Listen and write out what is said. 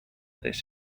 this